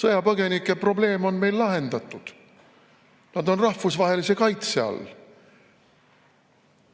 Sõjapõgenike probleem on meil lahendatud, nad on rahvusvahelise kaitse all.